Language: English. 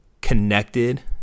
connected